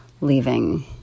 Leaving